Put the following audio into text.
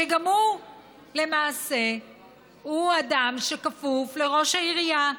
שגם הוא למעשה אדם שכפוף לראש העירייה,